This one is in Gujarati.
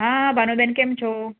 હા ભાનુબેન કેમ છો